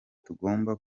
tugomba